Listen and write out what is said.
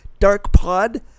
DARKPOD